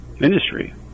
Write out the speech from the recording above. industry